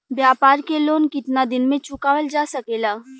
व्यापार के लोन कितना दिन मे चुकावल जा सकेला?